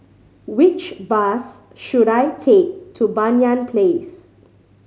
which bus should I take to Banyan Place